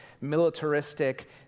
militaristic